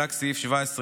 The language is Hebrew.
רק סעיף 17(1),